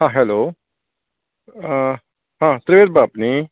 आं हॅलो आं त्रियश बाब नी